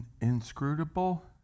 Inscrutable